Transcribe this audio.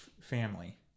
family